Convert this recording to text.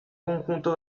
conjunto